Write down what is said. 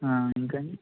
ఇంకా అండీ